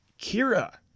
Kira